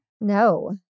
no